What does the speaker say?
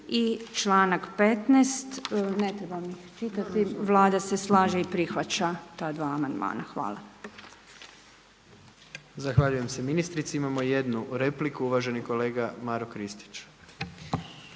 i članak 15. Ne trebam ih čitati. Vlada se slaže i prihvaća ta dva amandmana. Hvala. **Jandroković, Gordan (HDZ)** Zahvaljujem se ministrici. Imamo jednu repliku, uvaženi kolega Maro Kristić.